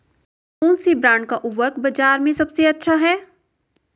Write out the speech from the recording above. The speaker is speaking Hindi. कौनसे ब्रांड का उर्वरक बाज़ार में सबसे अच्छा हैं?